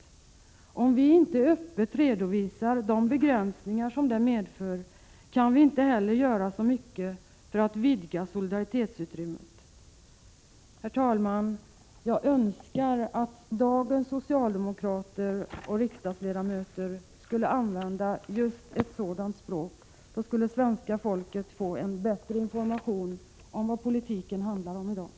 Om vi inte öppet redovisar de begränsningar som det medför kan vi inte heller göra så mycket för att vidga solidaritetsutrymmet. Herr talman! Jag önskar att dagens socialdemokrater och riksdagsledamöter skulle använda just ett sådant språk. Då skulle svenska folket få en bättre information om vad politiken handlar om i dag.